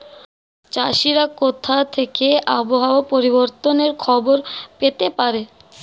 চাষিরা কোথা থেকে আবহাওয়া পরিবর্তনের খবর পেতে পারে?